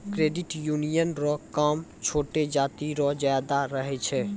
credit union रो काम छोटो जाति रो ज्यादा रहै छै